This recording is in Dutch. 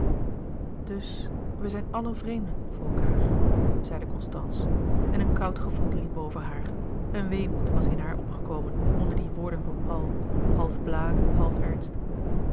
dus wij zij allen vreemden voor elkaâr zeide constance en een koud gevoel liep over haar een weemoed was in haar opgekomen onder die woorden van paul half blague half ernst